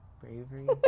bravery